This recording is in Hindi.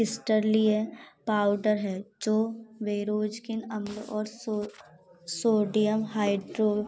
क्रिस्टलिए पाउडर है जो वे रोज़ किन अंब और सो सोडीअम हाइड्रो